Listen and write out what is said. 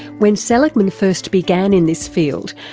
when seligman first began in this field,